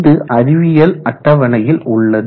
இது அறிவியல் அட்டவணையில் உள்ளது